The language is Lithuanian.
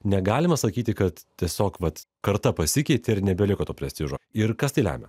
negalima sakyti kad tiesiog vat karta pasikeitė ir nebeliko to prestižo ir kas tai lemia